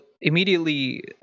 immediately